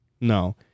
No